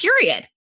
Period